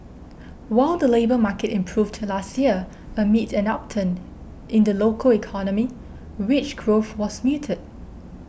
while the labour market improved last year amid an upturn in the local economy wage growth was muted